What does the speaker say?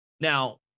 Now